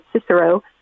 Cicero